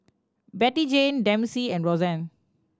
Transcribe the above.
Bettyjane Dempsey and Roxann